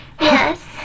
Yes